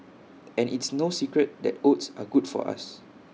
and it's no secret that oats are good for us